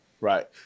right